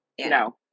No